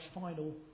final